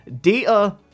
Data